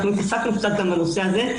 עסקנו קצת גם בנושא הזה.